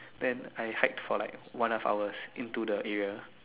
then I hike for like one and a half hour into the area